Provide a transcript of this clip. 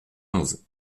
onze